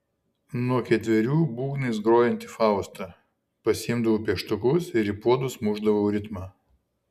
nuo ketverių būgnais grojanti fausta pasiimdavau pieštukus ir į puodus mušdavau ritmą